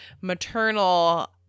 maternal